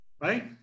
Right